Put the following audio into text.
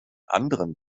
anderen